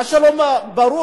מה שלא ברור,